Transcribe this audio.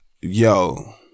yo